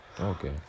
Okay